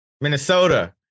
Minnesota